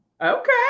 Okay